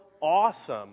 awesome